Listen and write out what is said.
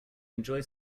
enjoyed